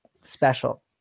special